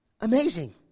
Amazing